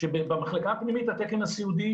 כשבמחלקה הפנימית התקן הסיעודי